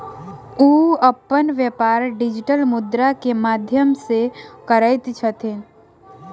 ओ अपन व्यापार डिजिटल मुद्रा के माध्यम सॅ करैत छथि